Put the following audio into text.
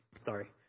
Sorry